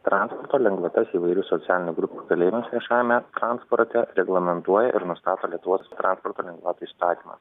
transporto lengvatas įvairių socialinių grupių keleiviams viešajame transporte reglamentuoja ir nustato lietuvos transporto lengvatų įstatymas